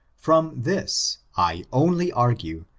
from this, i only argue,